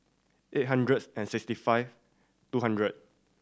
eight hundred and sixty five two hundred